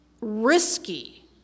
risky